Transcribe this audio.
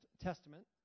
Testament